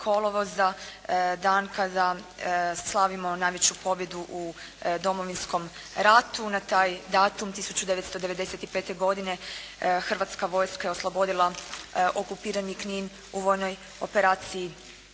kolovoza dan kada slavimo najveću pobjedu u Domovinskom ratu. Na taj datum 1995. godine hrvatska vojska je oslobodila okupirani Knin u vojnoj operaciji